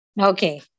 Okay